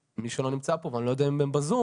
מי שלא נמצא פה ואני לא יודע אם הם בזום,